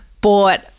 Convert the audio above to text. bought